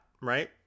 Right